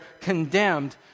condemned